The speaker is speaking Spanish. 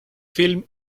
film